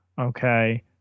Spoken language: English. Okay